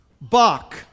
Bach